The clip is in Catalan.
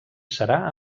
serà